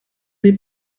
des